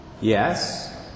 Yes